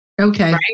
Okay